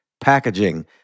packaging